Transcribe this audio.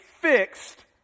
fixed